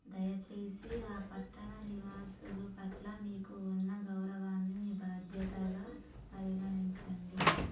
దయచేసి ఆ పట్టణ నివాసులు పట్ల మీకు ఉన్న గౌరవాన్ని మీ బాధ్యతగా పరిగణించండి